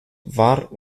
war